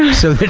um so